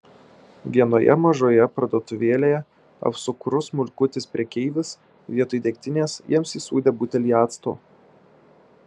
vienoje mažoje parduotuvėlėje apsukrus smulkutis prekeivis vietoj degtinės jiems įsūdė butelį acto